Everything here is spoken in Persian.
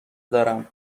دارم